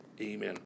Amen